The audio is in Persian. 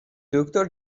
دکتر